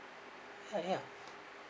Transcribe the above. uh ya